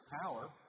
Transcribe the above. power